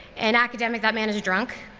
an academic that man is drunk.